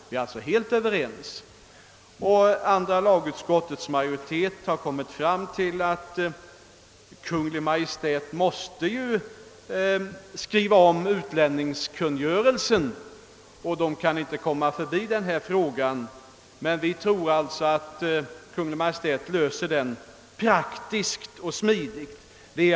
Vi är alltså helt överens, och andra lagutskottets majoritet har kommit fram tili att Kungl. Maj:t måste skriva om utlänningskungörelsen och då inte kan komma förbi denna fråga. Vi tror som sagt att det blir en praktisk och smidig lösning.